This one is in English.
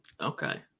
Okay